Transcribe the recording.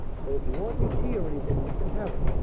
so if you want any tea or anything you can have it.